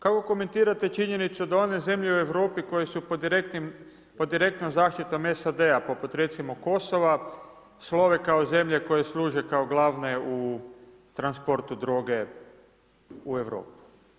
Kako komentirate činjenicu da one zemlje u Europi koje su pod direktnom zaštitom SAD-a poput recimo Kosova slove kao zemlje koje služe kao glavne u transportu droge u Europi?